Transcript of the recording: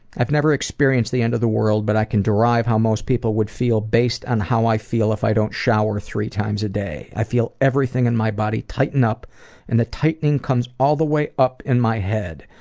i've never experienced the end of the world, but i can derive how most people would feel based on how i feel if i don't shower three times a day. i feel everything in my body tighten up and the tightening comes all the way up in my head.